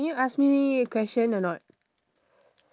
can you ask me question or not